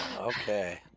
Okay